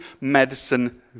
medicine